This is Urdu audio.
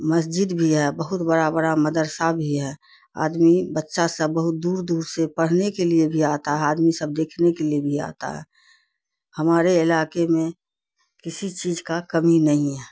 مسجد بھی ہے بہت بڑا بڑا مدرسہ بھی ہے آدمی بچہ سب بہت دور دور سے پڑھنے کے لیے بھی آتا ہے آدمی سب دیکھنے کے لیے بھی آتا ہے ہمارے علاقے میں کسی چیز کا کمی نہیں ہے